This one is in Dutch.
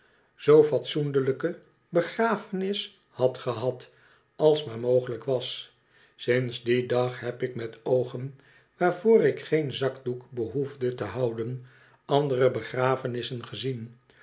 a f e nis had gehad als maar mogelijk was sinds dien dag heb ik met oogen waarvoor ik geen zakdoek behoefde te houden andere begrafenissen gezien